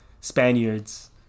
Spaniards